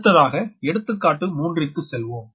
அடுத்ததாக எடுத்துக்காட்டு 3 ற்கு செல்வோம்